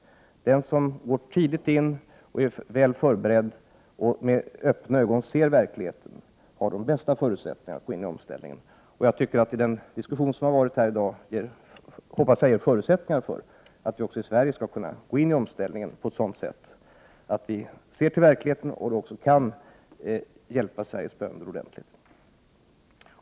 Den som går tidigt in, är väl förberedd och med öppna ögon ser verkligheten, har de bästa förutsättningarna att gå in i omställningen. Jag hoppas att diskussionen här i dag ger förutsättningar för att vi också i Sverige skall kunna gå in i omställningen på ett sådant sätt att vi ser till verkligheten och därmed kan hjälpa Sveriges bönder ordentligt.